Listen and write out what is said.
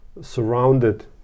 surrounded